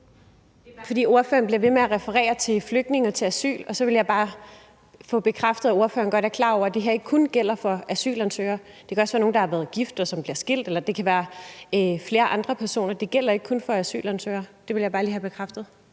fordi ordføreren bliver ved med at referere til flygtninge og til asyl, og så vil jeg bare have bekræftet, at ordføreren godt er klar over, at det her ikke kun gælder for asylansøgere. Det kan også være nogle, der har været gift, og som bliver skilt, eller det kan være flere andre personer. Det gælder ikke kun for asylansøgere. Det vil jeg bare lige have bekræftet.